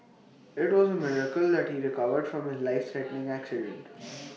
IT was A miracle that he recovered from his life threatening accident